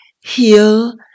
heal